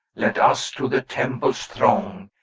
let us to the temples throng,